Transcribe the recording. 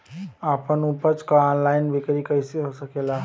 आपन उपज क ऑनलाइन बिक्री कइसे हो सकेला?